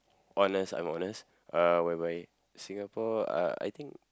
honest I'm honest uh whereby Singapore uh I think